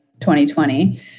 2020